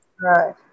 Right